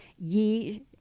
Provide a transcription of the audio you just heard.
ye